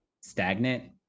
stagnant